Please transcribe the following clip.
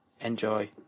Enjoy